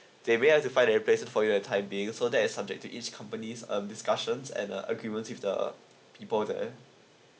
they may have to find a replacement for you at time being so that is subject to each companies um discussions and uh agreement with the people there